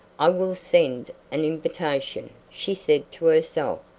i will send an invitation, she said to herself,